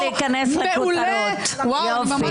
וואו, הצלחת להיכנס לכותרות, יופי, ממש.